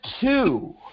two